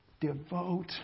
Devote